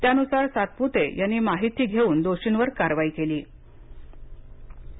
त्यानुसार सातपुते यांनी माहिती घेऊन दोषींवर कारवाई केली सोलापूर